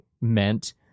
meant